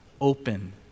open